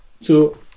two